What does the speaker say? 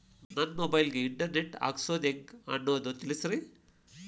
ನನ್ನ ಮೊಬೈಲ್ ಗೆ internet ಹಾಕ್ಸೋದು ಹೆಂಗ್ ಅನ್ನೋದು ತಿಳಸ್ರಿ